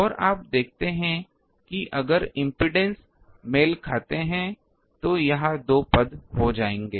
और आप देखते हैं कि अगर इम्पीडेन्स मेल खाते हैं तो यह दो पद जाएंगे